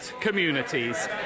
communities